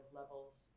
levels